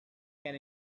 can